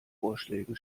vorschlägen